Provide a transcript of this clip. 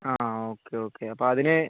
ആ ആ okay okay അപ്പോൾ അതിന്